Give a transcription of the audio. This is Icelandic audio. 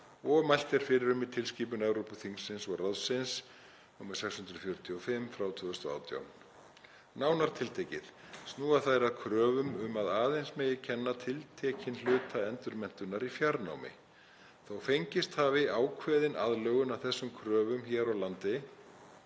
og mælt er fyrir um í tilskipun Evrópuþingsins og ráðsins nr. 645/2018. Nánar tiltekið snúa þær að kröfum um að aðeins megi kenna tiltekinn hluta endurmenntunar í fjarnámi. Þó að fengist hafi ákveðin aðlögun að þessum kröfum hér á landi